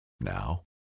now